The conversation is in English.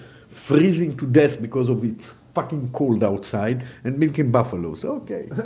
freezing to death because of it's fucking cold outside, and milking buffaloes, okay!